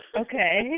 Okay